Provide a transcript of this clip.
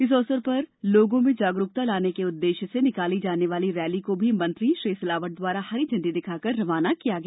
इस अवसर पर लोगों में जागरूकता लाने के उद्देश्य से निकाली जाने वाली रैली को मंत्री श्री सिलावट द्वारा हरी झंडी दिखा कर रवाना किया गया